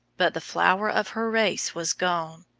but the flower of her race was gone,